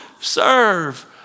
serve